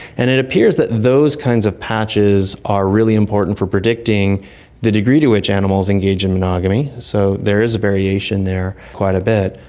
and it appears that those kinds of patches are really important for predicting the degree to which animals engage in monogamy. so there is a variation there quite a bit.